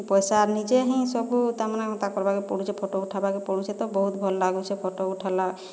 ପଇସା ନିଜେ ହିଁ ସବୁ ତା ମାନେ ତା କରବାକେ ପଡ଼ୁଛେ ଫଟୋ ଉଠାଇବାକେ ପଡ଼ୁଛେ ତ ବହୁତ ଭଲ ଲାଗୁଛେ ଫଟୋ ଉଠାଇଲା